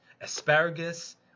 asparagus